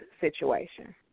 situation